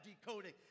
decoding